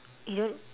you don't